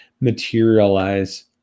materialize